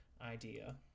idea